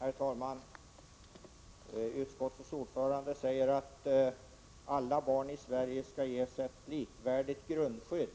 Herr talman! Utskottets ordförande säger att alla barn i Sverige skall ges ett likvärdigt grundskydd.